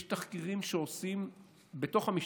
יש תחקירים שעושים בתוך המשטרה.